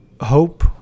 hope